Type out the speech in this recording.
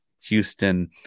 Houston